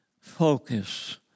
focus